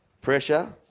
Pressure